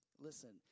Listen